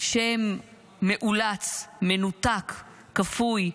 שם מאולץ, מנותק, כפוי,